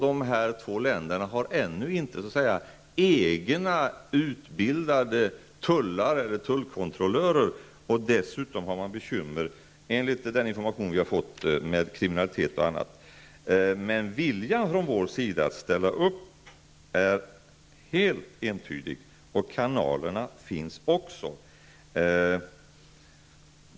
De här båda länderna har ännu inte så att säga egna utbildade tullkontrollörer. Dessutom har man bekymmer, enligt information som vi har fått, med bl.a. kriminaliteten. Men viljan från vår sida att ställa upp är helt entydig. Erforderliga kanaler finns också.